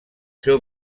seu